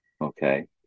Okay